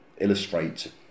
illustrate